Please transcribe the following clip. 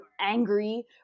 angry